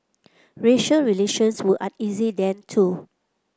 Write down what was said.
racial relations were uneasy then too